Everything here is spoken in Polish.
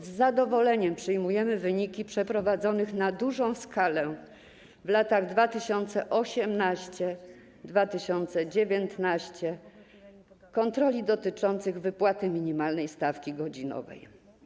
Z zadowoleniem przyjmujemy wyniki przeprowadzonych na dużą skalę w latach 2018 i 2019 kontroli dotyczących wypłaty minimalnej stawki godzinowej.